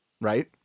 right